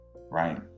Right